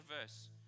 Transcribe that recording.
verse